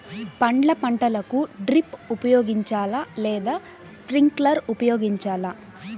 పండ్ల పంటలకు డ్రిప్ ఉపయోగించాలా లేదా స్ప్రింక్లర్ ఉపయోగించాలా?